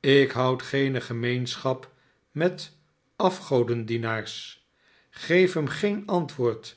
ik houd geene gemeenschap met afgodendienaars geef hem geen antwoord